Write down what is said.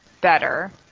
better